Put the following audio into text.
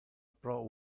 pro